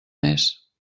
més